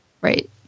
Right